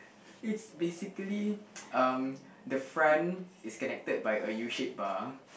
it's basically um the front is connected by a U shaped bar